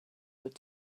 would